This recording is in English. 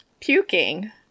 Puking